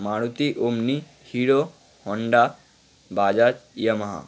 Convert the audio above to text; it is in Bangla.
Maruti Omni Hero Honda Bajaj Yamaha